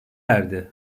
erdi